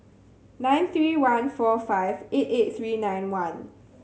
nine three one four five eight eight three nine one